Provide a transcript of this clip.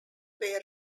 were